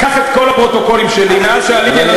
קח את כל הפרוטוקולים שלי מאז שעליתי על הדוכן